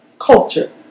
culture